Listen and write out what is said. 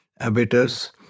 abettors